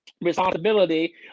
responsibility